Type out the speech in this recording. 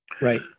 Right